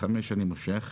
אני מושך.